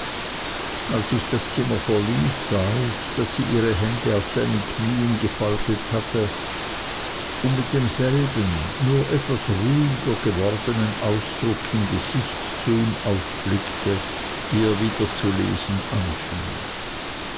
als ich das zimmer verließ sah ich daß sie ihre hände auf seinen knieen gefaltet hatte und mit demselben nur etwas ruhiger gewordnen ausdruck im gesicht zu ihm aufblickte wie er wieder zu lesen anfing